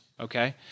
Okay